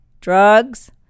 drugs